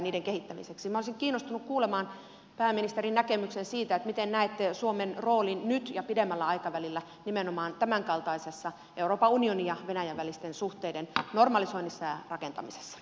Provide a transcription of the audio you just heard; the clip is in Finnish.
minä olisin kiinnostunut kuulemaan pääministerin näkemyksen siitä miten näette suomen roolin nyt ja pidemmällä aikavälillä nimenomaan tämänkaltaisessa euroopan unionin ja venäjän välisten suhteiden normalisoinnissa ja rakentamisessa